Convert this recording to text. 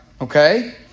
Okay